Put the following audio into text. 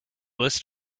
list